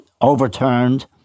overturned